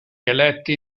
eletti